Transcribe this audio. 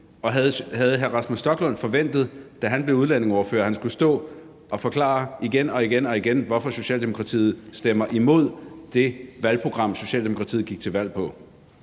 Havde hr. Rasmus Stoklund, da han blev udlændingeordfører, forventet, at han skulle stå og forklare igen og igen, hvorfor Socialdemokratiet stemmer imod det valgprogram, Socialdemokratiet gik til valg på?